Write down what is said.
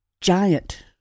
giant